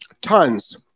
Tons